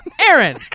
Aaron